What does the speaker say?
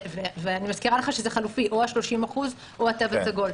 ואני מזכירה לך שזה חלופי, או ה-30% או התו הסגול.